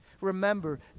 Remember